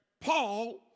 Paul